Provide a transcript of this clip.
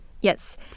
Yes